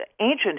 ancient